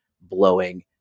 blowing